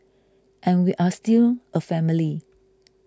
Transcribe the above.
and we are still a family